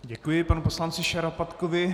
Děkuji panu poslanci Šarapatkovi.